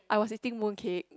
I was eating mooncake